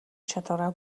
чадвараа